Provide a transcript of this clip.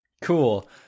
Cool